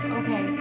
okay